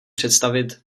představit